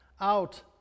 out